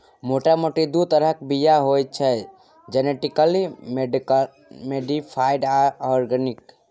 मोटा मोटी दु तरहक बीया होइ छै जेनेटिकली मोडीफाइड आ आर्गेनिक